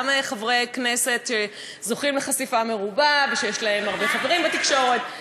גם חברי כנסת שזוכים לחשיפה מרובה ושיש להם הרבה חברים בתקשורת,